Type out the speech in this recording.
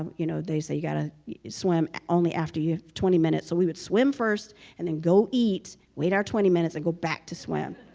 um you know, they say you gotta swim only after you have twenty minutes so we would swim first and then go eat wait our twenty minutes and go back to swim.